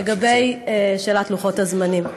לגבי שאלת לוחות הזמנים,